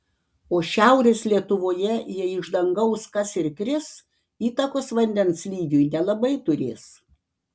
o šiaurės lietuvoje jei iš dangaus kas ir kris įtakos vandens lygiui nelabai turės